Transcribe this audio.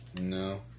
No